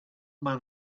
man